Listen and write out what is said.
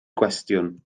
gwestiwn